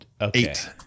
Eight